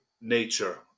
nature